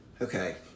Okay